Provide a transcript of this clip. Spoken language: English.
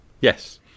Yes